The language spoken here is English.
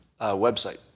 website